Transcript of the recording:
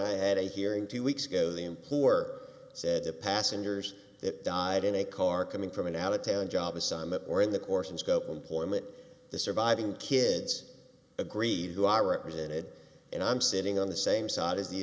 i had a hearing two weeks ago the employer said to passengers that died in a car coming from an out of town job assignment or in the course and scope employment the surviving kids agreed to are represented and i'm sitting on the same side as the